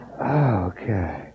Okay